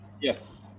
Yes